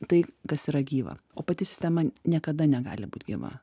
tai kas yra gyva o pati sistema niekada negali būt gyva